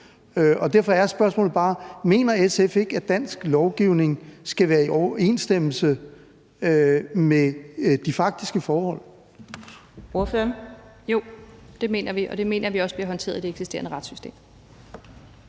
Derfor er spørgsmålet bare: Mener SF ikke, at dansk lovgivning skal være i overensstemmelse med de faktiske forhold?